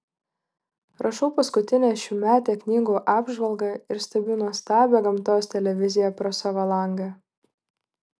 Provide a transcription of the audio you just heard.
rašau paskutinę šiųmetę knygų apžvalgą ir stebiu nuostabią gamtos televiziją pro savo langą